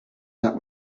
that